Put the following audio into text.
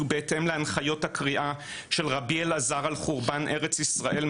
ובהתאם להנחיות הקריעה של רבי אלעזר על חורבן ארץ ישראל,